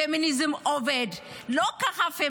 הפמיניזם לא ככה.